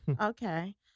okay